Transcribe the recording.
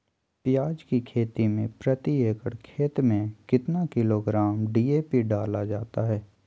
प्याज की खेती में प्रति एकड़ खेत में कितना किलोग्राम डी.ए.पी डाला जाता है?